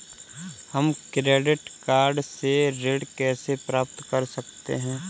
हम credit card से ऋण कैसे प्राप्त कर सकते हैं?